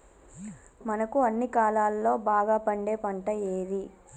మనకు అన్ని కాలాల్లో బాగా పండే పంట ఏది?